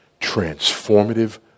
transformative